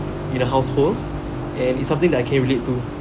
in a household and it is something that I can relate to